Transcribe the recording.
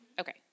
okay